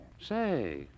Say